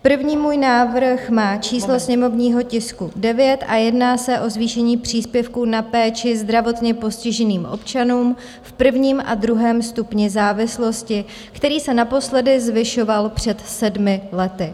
První můj návrh má číslo sněmovního tisku 9 a jedná se o zvýšení příspěvku na péči zdravotně postiženým občanům v prvním a druhém stupni závislosti, který se na naposledy zvyšoval před sedmi lety.